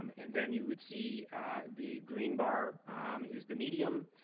um and then you would see the green bar is the medium,